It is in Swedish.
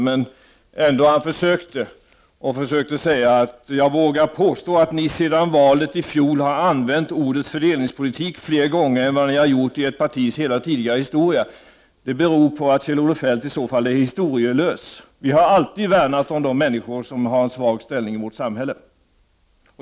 Finansministern sade då: ”Jag vågar påstå att ni sedan valet i fjol har använt ordet fördelningspolitik fler gånger än vad ni har gjort i ert partis hela tidigare historia.” Detta uttalande vittnar om att Kjell-Olof Feldt är historielös. Vi har alltid värnat om de människor som har en svag ställning i vårt samhälle.